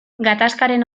gatazkaren